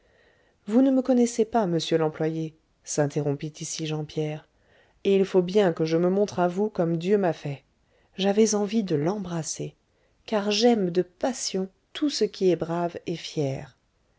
vous ne me connaissez pas monsieur l'employé s'interrompit ici jean pierre et il faut bien que je me montre à vous comme dieu m'a fait j'avais envie de l'embrasser car j'aime de passion tout ce qui est brave et fier